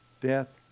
Death